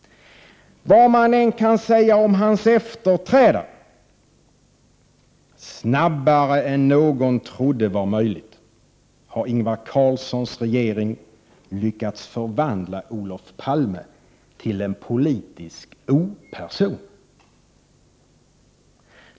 Vad man än kan säga om hans efterträdare: Snabbare än någon trodde vara möjligt har Ingvar Carlssons regering lyckats förvandla Olof Palme till en politisk operson.